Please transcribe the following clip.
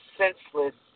senseless